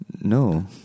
No